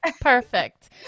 Perfect